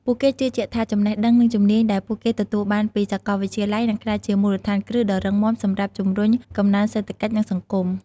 ពួកគេជឿជាក់ថា ចំណេះដឹង និងជំនាញដែលពួកគេទទួលបានពីសាកលវិទ្យាល័យ នឹងក្លាយជាមូលដ្ឋានគ្រឹះដ៏រឹងមាំសម្រាប់ជំរុញកំណើនសេដ្ឋកិច្ច និងសង្គម។